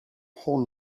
whole